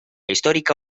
histórica